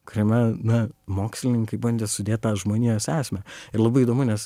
kuriame na mokslininkai bandė sudėt tą žmonijos esmę ir labai įdomu nes